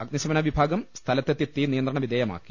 അഗ്നിശമന വിഭാഗം സ്ഥലത്തെത്തി തീ നിയന്ത്രണവിധേയമാക്കി